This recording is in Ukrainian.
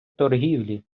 торгівлі